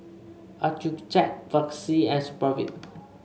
Accucheck Vagisil and Supravit